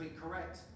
correct